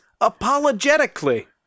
apologetically